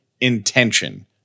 intention